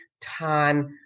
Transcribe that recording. time